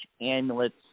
amulets